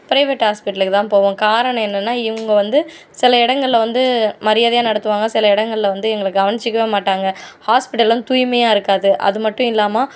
private ஹாஸ்பிட்டலுக்கு தான் போவோம் காரணம் என்னென்னா இவங்க வந்து சில இடங்களில் வந்து மரியாதையாக நடத்துவாங்கள் சில இடங்களில் வந்து எங்களை கவனிச்சுக்கவே மாட்டாங்கள் ஹாஸ்பிட்டல்லாம் தூய்மையாக இருக்காது அது மட்டும் இல்லாமல்